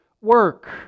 work